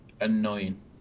annoying